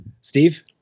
Steve